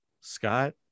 Scott